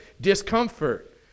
discomfort